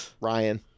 Ryan